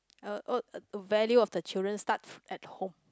uh oh value of the children start at home